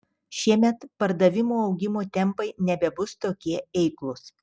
šiemet pardavimų augimo tempai nebebus tokie eiklūs